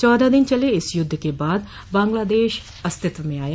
चौदह दिन चले इस युद्ध के बाद बांग्लादेश अस्तित्व में आया